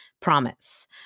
promise